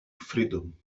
freedom